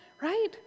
right